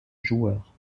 joueur